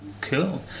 Cool